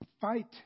fight